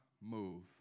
move